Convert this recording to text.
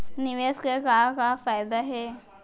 निवेश के का का फयादा हे?